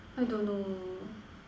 I don't know